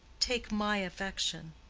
take my affection.